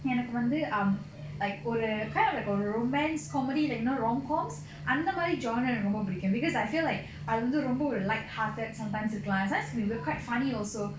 எனக்கு வந்து:enakku vandhu like ஒரு என்னா எனக்கு வந்து ஒரு:oru ennaa enakku vandhu oru romance comedy like you know rom coms அந்தமாரி:andhamaari genre எனக்கு ரொம்ப புடிக்கும்:enakku romba pudikkum because I feel like அதுவந்து ரொம்ப ஒரு:adhuvandhu romba oru light hearted sometimes இருக்கலாம்:irukkalam it will be quite funny also